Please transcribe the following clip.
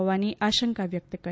હોવાની આશંકા વ્યક્ત કરી